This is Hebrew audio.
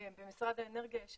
במשרד האנרגיה יש